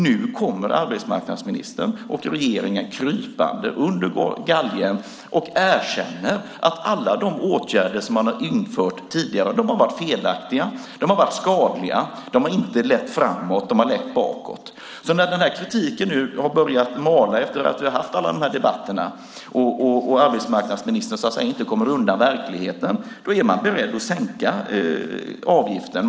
Nu kommer arbetsmarknadsministern och regeringen krypande under galgen och erkänner att alla de åtgärder som man har vidtagit tidigare har varit felaktiga. De har varit skadliga. De har inte lett framåt. De har lett bakåt. När den här kritiken nu har börjat mala, efter att vi har haft alla de här debatterna och arbetsmarknadsministern så att säga inte kommer undan verkligheten, är man beredd att sänka avgiften.